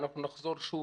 אנחנו נחזור שוב,